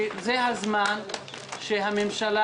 שזה הזמן שהממשלה,